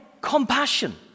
compassion